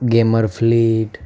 gamer fleet